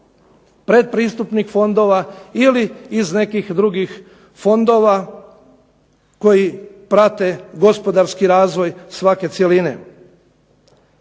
pretpristupnih fondova ili iz nekih drugih fondova koji prate gospodarski razvoj svake cjeline.